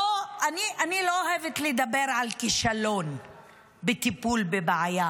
אני לא אוהבת לדבר על כישלון בטיפול בבעיה,